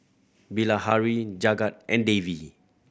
Bilahari Jagat and Devi